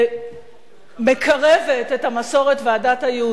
שמקרבת את המסורת והדת היהודית.